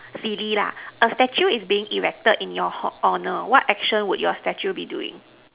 silly lah a statue is being erected in your ho~ honour what action would your statue be doing